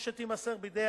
או שתימסר בידי